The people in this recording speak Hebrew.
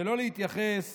שלא להתייחס